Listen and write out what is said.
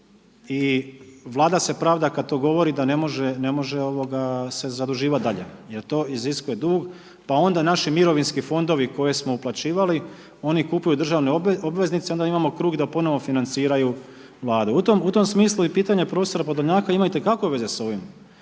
i Vlada se pravda kad to govori da ne može, ne može se zaduživat dalje jer to iziskuje dug pa onda naši mirovinski fondovi koje smo uplaćivali oni kupuju državne obveznice onda imamo krug da ponovno financiraju vladu. U tom smislu i pitanje profesora Podolnjaka ima itekako veze s ovim